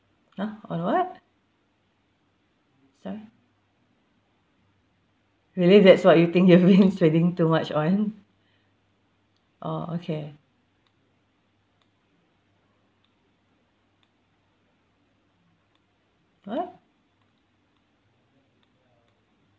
!huh! on what sorry really that's what you think you've been spending too much on oh okay what